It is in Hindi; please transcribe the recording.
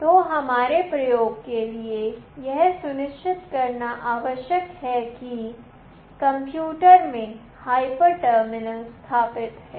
तो हमारे प्रयोग के लिए यह सुनिश्चित करना आवश्यक है कि कंप्यूटर में hyper terminal स्थापित है